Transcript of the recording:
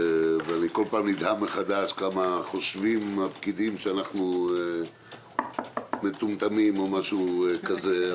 אני כל פעם נדהם מחדש כמה חושבים הפקידים שאנחנו מטומטמים או משהו כזה.